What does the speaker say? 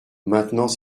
maintenant